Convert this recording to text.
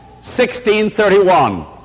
16.31